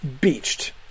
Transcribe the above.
beached